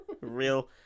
real